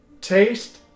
taste